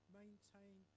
maintain